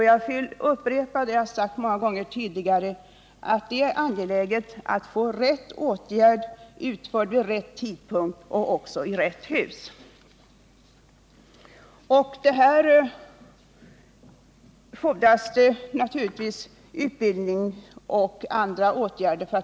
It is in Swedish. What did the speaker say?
Jag vill upprepa vad jag har sagt många gånger tidigare, nämligen att det är angeläget att få rätt åtgärd utförd vid rätt tidpunkt i rätt hus. För det fordras utbildning och andra åtgärder.